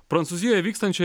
prancūzijoje vykstančio